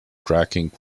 cracking